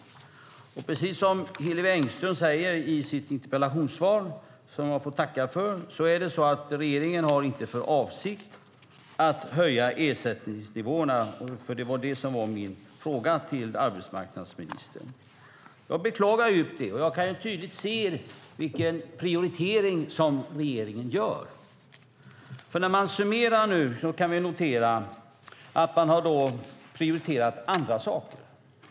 Precis som Hillevi Engström säger i sitt interpellationssvar, som jag tackar för, har regeringen inte för avsikt att höja ersättningsnivåerna. Det var ju det som var min fråga till arbetsmarknadsministern. Det beklagar jag djupt. Jag kan tydligt se vilken prioritering som regeringen gör. När vi summerar kan vi notera att man har prioriterat andra saker.